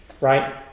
right